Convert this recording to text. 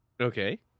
Okay